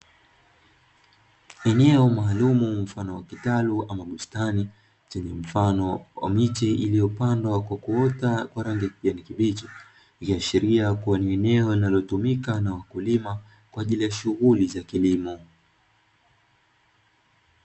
Eneo maalumu mfano wa kitalu ama bustani chenye miche iliyopandwa kwa kuota rangi ya kijani kibichi, ikiashiria kuwa ni eneo linalotumika na wakulima kwenye shughuli za kilimo.